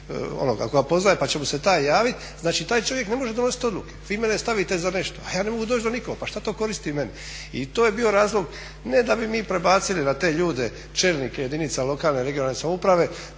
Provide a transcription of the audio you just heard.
ono koji ga poznaje pa će mu se taj javiti. Znači taj čovjek ne može donositi odluke. Vi mene stavite za nešto, a ja ne mogu doći do nikoga pa što to koristi meni? I to je bio razlog ne da bi mi prebacili na te ljude čelnike jedinica lokalne i regionalne samouprave